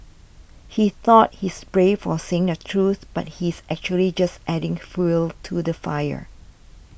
he thought he's brave for saying the truth but he's actually just adding fuel to the fire